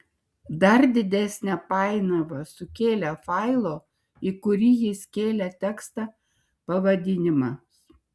dar didesnę painiavą sukėlė failo į kurį jis kėlė tekstą pavadinimas